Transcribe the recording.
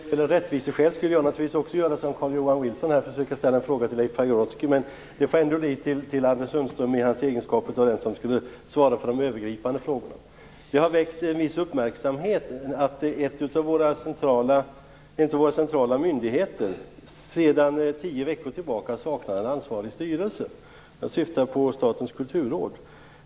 Fru talman! Av rättviseskäl skulle jag naturligtvis göra som Carl-Johan Wilson och försöka ställa en fråga till Leif Pagrotsky, men det får ändå bli till Anders Sundström i hans egenskap av den som skall svara på de övergripande frågorna. Det har väckt en viss uppmärksamhet att en av våra centrala myndigheter sedan tio veckor tillbaka saknar en ansvarig styrelse. Jag syftar på Statens kulturråd.